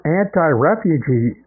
anti-refugee